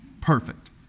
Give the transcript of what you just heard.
Perfect